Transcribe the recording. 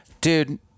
dude